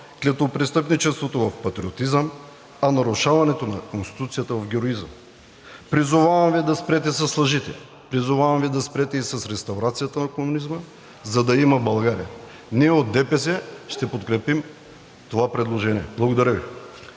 клетвопрестъпничеството в патриотизъм, а нарушаването на Конституцията в героизъм. Призовавам Ви да спрете с лъжите! Призовавам Ви да спрете и с реставрацията на комунизма, за да я има България! Ние от ДПС ще подкрепим това предложение. Благодаря Ви.